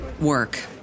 work